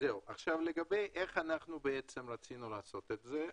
לגבי איך רצינו לעשות את זה.